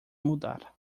mudar